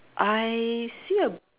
I see a